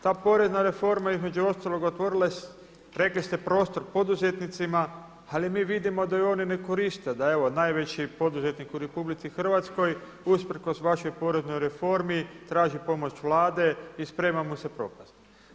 Ta porezna reforma između ostalog otvorila je rekli ste prostor poduzetnicima, ali mi vidimo da ju oni ne koriste, da evo najveći poduzetnik u RH usprkos vašoj poreznoj reformi traži pomoć Vlade i sprema mu se propast.